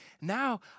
now